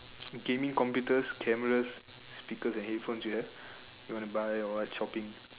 gaming computers cameras speakers and headphone you have you want to buy or what shopping